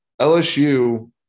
lsu